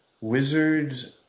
Wizards